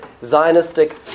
Zionistic